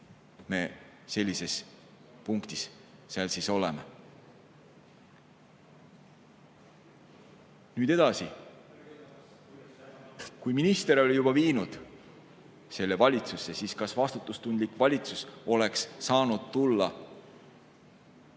me sellises punktis siis oleme. Nüüd edasi. Kui minister oli juba viinud selle valitsusse, siis kas vastutustundlik valitsus oleks saanud tulla selle